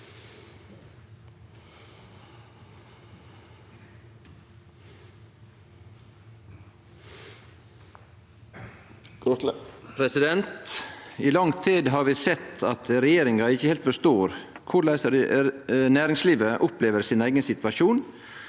I lang tid har vi sett at regjeringa ikkje heilt forstår korleis næringslivet opplever sin eigen situasjon